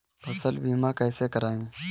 फसल बीमा कैसे कराएँ?